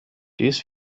dies